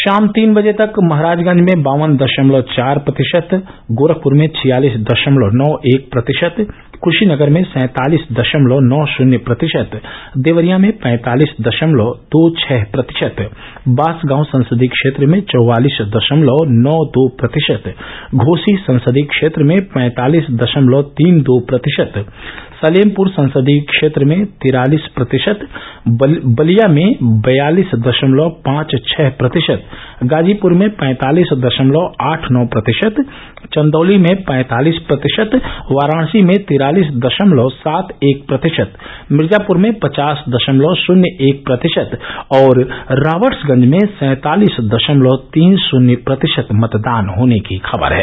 षाम तीन बजे तक महराजगंज में बावन दषमलव चार प्रतिषत गोरखपुर में छियालिस दषमलव नौ एक प्रतिषत कुषीनगर में सैंतालिस दषमलव नौ षून्य प्रतिषत देवरिया में पैंतालिस दषमलव दो छः प्रतिषत बांसगांव संसदीय क्षेत्र में चौवालिस दषमलव नौ दो प्रतिषत घोसी संसदीय क्षेत्र में पैंतालिस दषमलव तीन दो प्रतिषत सलेमपुर संसदीय क्षेत्र में तिरालिस प्रतिषत बलिया मे बेयालिस दषमलव पांच छः प्रतिषत गाजीपुर में पैंतालिस दषमलव आठ नौ प्रतिषत चन्दौली में पैंतालिस प्रतिषत वाराणसी में तिरालिस दषमलव सात एक प्रतिषत मिर्जापुर में पचास दषमलव षून्य एक प्रतिषत और राबर्ट्सगंज में सैंतालिस दषमलव तीन षून्य प्रतिषत मतदान होने की खबर है